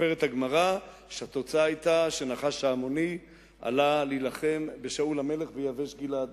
מספרת הגמרא שהתוצאה היתה שנחש העמוני עלה להילחם בשאול המלך ביבש-גלעד.